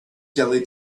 jelly